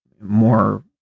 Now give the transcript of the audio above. more